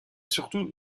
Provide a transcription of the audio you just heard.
surtout